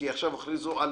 כי עכשיו הכריזו על